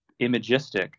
imagistic